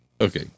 Okay